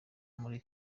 muri